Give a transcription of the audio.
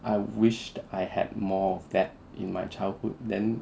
I wished I had more of that in my childhood then